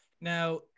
Now